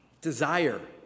desire